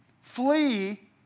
flee